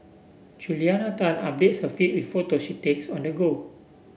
Juliana Tan updates her feed with photos she takes on the go